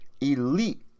elite